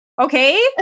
Okay